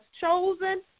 chosen